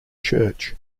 church